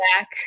back